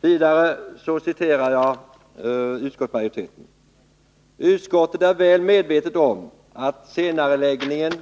Jag citerar vidare från utskottsmajoritetens skrivning: ”Utskottet är väl medvetet om att senareläggningen